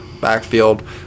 backfield